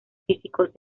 físicos